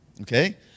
Okay